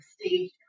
stage